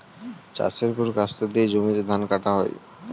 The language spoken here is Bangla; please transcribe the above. চাষের পর কাস্তে দিয়ে জমিতে ধান কাটা হয়